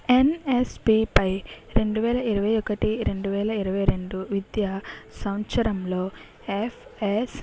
యన్యస్పిపై రెండువేల ఇరవైఒకటి రెండువేల ఇరవైరెండు విద్యా సంవత్సరంలో యఫ్యస్